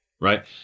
right